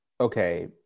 Okay